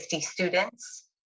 students